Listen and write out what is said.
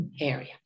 area